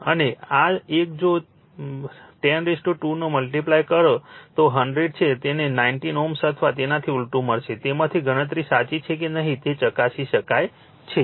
અને આ એક જો 102 નો મલ્ટીપ્લાય કરો જે 100 છે તેને 19 Ω અથવા તેનાથી ઊલટું મળશે તેમાંથી ગણતરી સાચી છે કે નહીં તે ચકાસી શકાય છે